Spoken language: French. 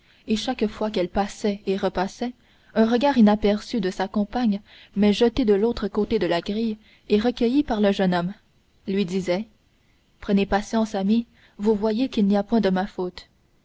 et chaque fois qu'elle passait et repassait un regard inaperçu de sa compagne mais jeté de l'autre côté de la grille et recueilli par le jeune homme lui disait prenez patience ami vous voyez qu'il n'y a point de ma faute